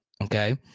okay